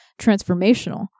transformational